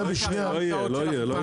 בשנייה ושלישית.